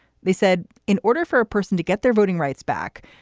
they said in order for a person to get their voting rights back,